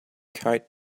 kite